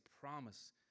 promise